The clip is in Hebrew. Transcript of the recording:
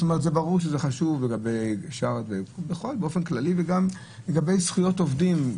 ברור שזה חשוב באופן כללי וגם לגבי זכויות עובדים,